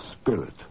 spirit